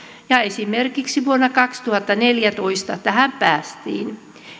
ja esimerkiksi vuonna kaksituhattaneljätoista tähän päästiin